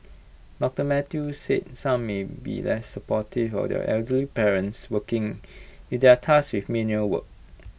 doctor Mathew said some may be less supportive of their elderly parents working if they are task with menial work